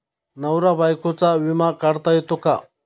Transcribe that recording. नवरा बायकोचा विमा काढता येतो का?